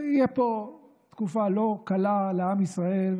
תהיה פה תקופה לא קלה לעם ישראל,